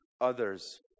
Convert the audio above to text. others